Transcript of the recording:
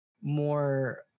more